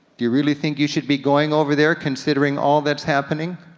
do you really think you should be going over there considering all that's happening?